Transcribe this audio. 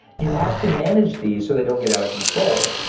you have to manage these so they don't get out of control.